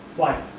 why